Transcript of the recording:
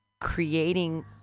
creating